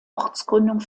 ortsgründung